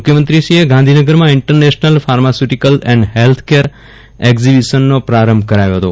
મુખ્યમંત્રીશ્રીએ ગાંધીનગરમાં international pharmaceutical and healthcare એકઝીબિશનનો પ્રારંભ કરાવ્યો હતો